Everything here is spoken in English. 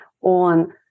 on